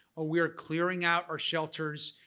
ah we are clearing out our shelters,